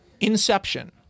Inception